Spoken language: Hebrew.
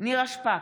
נירה שפק,